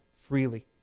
freely